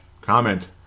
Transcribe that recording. comment